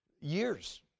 years